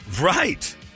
Right